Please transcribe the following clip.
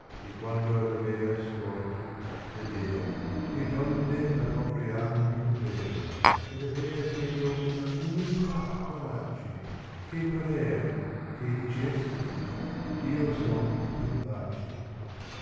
e quando v avea scorta yedea che donne la covrian d un telo ed avea seco una umiltà verace che parea che dicesse io son in pace